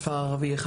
כפר ערבי אחד,